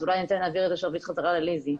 אז אולי ניתן להעביר חזרה את השרביט לליזי.